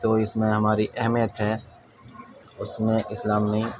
تو اس میں ہماری اہمیت ہے اس میں اسلام میں